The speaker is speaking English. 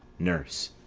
nurse.